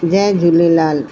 Jay Jhulelal